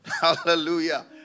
Hallelujah